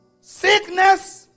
Sickness